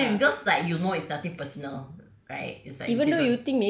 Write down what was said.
cause if girls like you know it's nothing personal right it's like you